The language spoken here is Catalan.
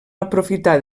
aprofitar